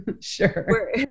sure